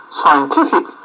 scientific